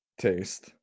taste